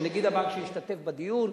של נגיד הבנק שהשתתף בדיון,